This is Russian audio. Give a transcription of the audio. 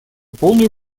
полную